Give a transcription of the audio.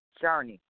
journey